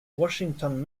washington